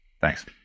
Thanks